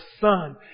son